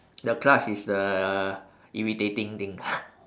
the clutch is the irritating thing lah